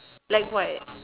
black white